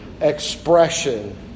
expression